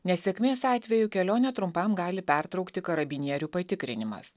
nesėkmės atveju kelionę trumpam gali pertraukti karabinierių patikrinimas